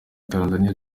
tanzaniya